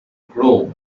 grow